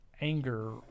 anger